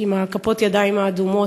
עם כפות הידיים האדומות,